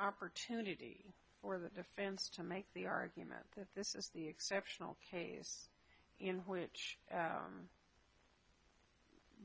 opportunity for the defense to make the argument that this is the exceptional case in which